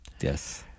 Yes